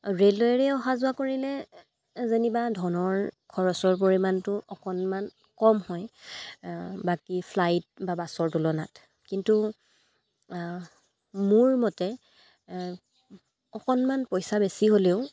ৰেলেৰে অহা যোৱা কৰিলে যেনিবা ধনৰ খৰচৰ পৰিমাণটো অকণমান কম হয় বাকী ফ্লাইট বা বাছৰ তুলনাত কিন্তু মোৰ মতে অকণমান পইচা বেছি হ'লেও